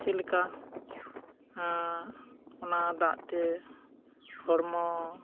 ᱪᱮᱫ ᱞᱮᱠᱟ ᱚᱱᱟ ᱫᱟᱜ ᱛᱮ ᱦᱚᱲᱢᱚ